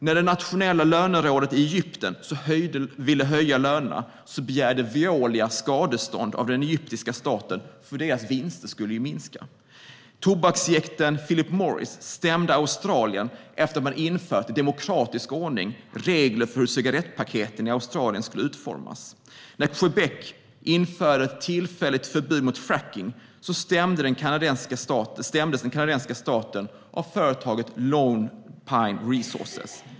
När det nationella lönerådet i Egypten ville höja lönerna begärde Veolia skadestånd av den egyptiska staten. Deras vinster skulle nämligen minska. Tobaksjätten Philip Morris stämde Australien efter att landet i demokratisk ordning infört regler för hur cigarettpaketen i Australien skulle utformas. När Quebec införde ett tillfälligt förbud mot frackning stämdes den kanadensiska staten av företaget Lone Pine Resources.